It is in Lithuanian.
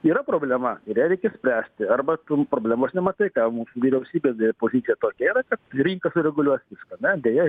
yra problema ir ją reikia spręsti arba tum problemos nematai ką mūsų vyriausybė pozicija tokia yra kad rinka sureguliuos viską na deja rinka